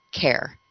care